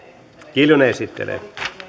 kiljunen esittelee